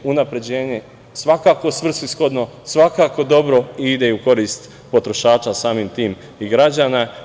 Unapređenje, svakako svrsishodno, svakako dobro i ide u korist potrošača, samim tim i građana.